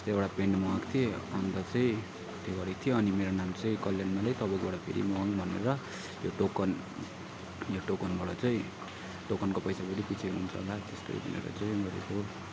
अस्ति एउटा प्यान्ट मगाएको थिएँ अन्त चाहिँ त्यो गरेको थियो अनि मेरो नाम चाहिँ कल्याण माले तपाईँकोबाट फेरि मगाउने भनेर यो टोकन यो टोकनबाट चाहिँ टोकनको पैसा फेरि पछि हुन्छ होला त्यही भनेर चाहिँ गरेको